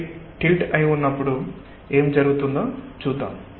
ఇది టిల్ట్ అయి ఉన్నప్పుడు ఏమి జరుగుతుందో చూద్దాం